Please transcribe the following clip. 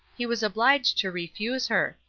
he was obliged to refuse her.